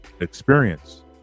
experience